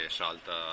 salta